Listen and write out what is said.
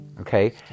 Okay